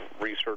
research